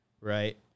Right